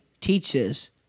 teaches